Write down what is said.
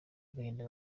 agahinda